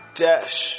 dash